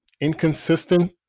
inconsistent